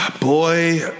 Boy